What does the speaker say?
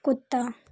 कुत्ता